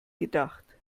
gedacht